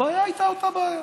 הבעיה הייתה אותה בעיה.